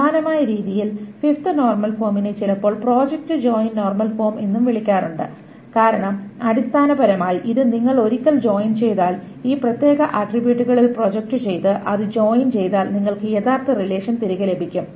സമാനമായ രീതിയിൽ 5th normal ഫോമിനെ ചിലപ്പോൾ പ്രോജക്റ്റ് ജോയിൻ നോർമൽ ഫോം എന്നും വിളിക്കാറുണ്ട് കാരണം അടിസ്ഥാനപരമായി ഇത് നിങ്ങൾ ഒരിക്കൽ ജോയിൻ ചെയ്താൽ ഈ പ്രത്യേക ആട്രിബ്യൂട്ടുകളിൽ പ്രൊജക്റ്റ് ചെയ്ത് അത് ജോയിൻ ചെയ്താൽ നിങ്ങൾക്ക് യഥാർത്ഥ റിലേഷൻ തിരികെ ലഭിക്കും